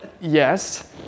yes